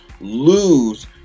lose